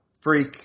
freak